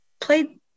played